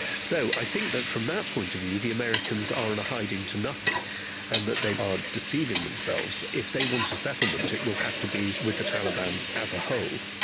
so i think that from that point of view the americans are on a hiding to nothing and that they are deceiving themselves. if they want a settlement, it will have to be with the taliban as a whole,